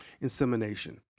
insemination